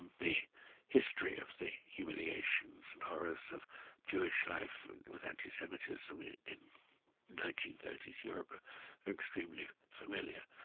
the history of the humiliations and horrors of jewish life with anti-semitism in nineteen thirty s europe are instantly familiar.